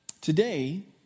Today